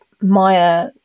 Maya